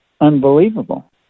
unbelievable